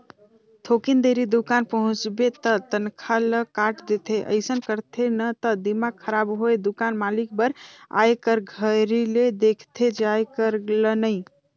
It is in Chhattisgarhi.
थोकिन देरी दुकान पहुंचबे त तनखा ल काट देथे अइसन करथे न त दिमाक खराब होय दुकान मालिक बर आए कर घरी ले देखथे जाये कर ल नइ